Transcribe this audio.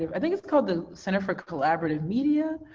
yeah i think it's called the center for collaborative media,